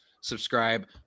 subscribe